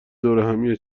دورهمیه